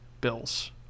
bills